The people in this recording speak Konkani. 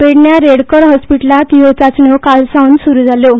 पेडण्या रेडकर हॉस्पिटलात ह्यो चाचण्यो काल सावन सुरू जाल्यो